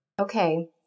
Okay